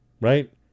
right